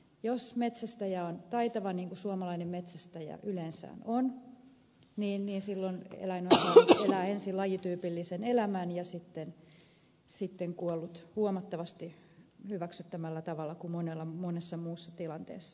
jos metsästäjä on taitava niin kuin suomalainen metsästäjä yleensä on niin silloin eläin on saanut ensin elää lajityypillisen elämän ja sitten kuollut huomattavasti hyväksyttävämmällä tavalla kuin monessa muussa tilanteessa